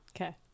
Okay